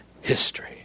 history